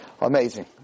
Amazing